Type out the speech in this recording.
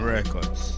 Records